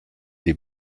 die